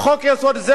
"חוק-יסוד זה,